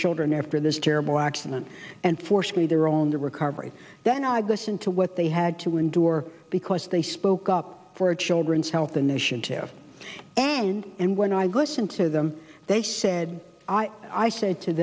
children after this terrible accident and forced me their own recovery then i'd listen to what they had to endure because they spoke up for a children's health initiative and when i was sent to them they said i said to